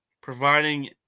Providing